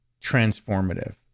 transformative